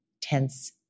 tense